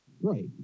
right